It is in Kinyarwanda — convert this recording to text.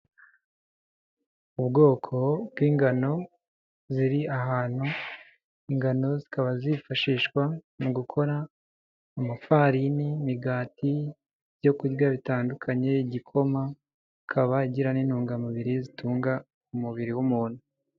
Ubwoko bw'ingano ziri ahantu, ingano zikaba zifashishwa mu gukora amafarini, imigati, ibyokurya bitandukanye, igikoma, ikaba igira n'intungamubiri zitunga umubiri w'umuntu.